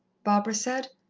barbara said.